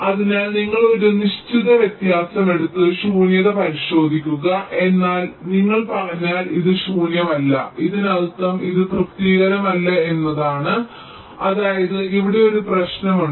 അതിനാൽ നിങ്ങൾ ഒരു നിശ്ചിത വ്യത്യാസം എടുത്ത് ശൂന്യത പരിശോധിക്കുക എന്നാൽ നിങ്ങൾ പറഞ്ഞാൽ ഇത് ശൂന്യമല്ല ഇതിനർത്ഥം ഇത് തൃപ്തികരമല്ല എന്നാണ് അതായത് ഇവിടെ ഒരു പ്രശ്നമുണ്ട്